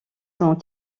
sont